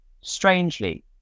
strangely